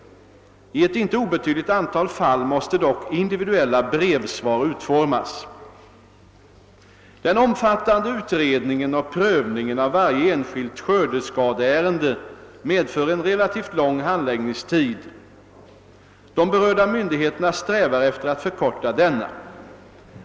I ett icke obetydligt antal fall måste dock individuella brevsvar utformas. Den omfattande utredningen och: prövningen av varje enskilt skördeskadeärende medför en relativt lång handläggningstid. De berörda myndigheterna strävar efter att förkorta denna.